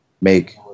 make